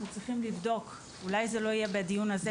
אנחנו צריכים לבדוק אולי זה לא יהיה בדיון הזה,